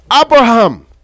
Abraham